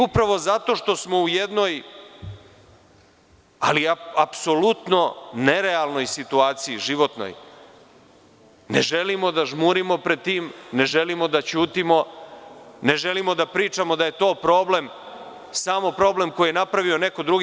Upravo zato što smo u jednoj apsolutno nerealnoj situaciji, životnoj, ne želimo da žmurimo pred tim, ne želimo da ćutimo, ne želimo da pričamo da je to samo problem koji je napravio neko drugi.